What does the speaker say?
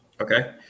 Okay